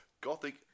gothic